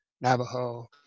navajo